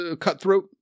cutthroat